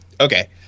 okay